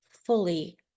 fully